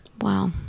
wow